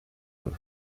und